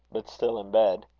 but still in bed.